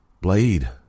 Blade